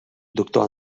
doctor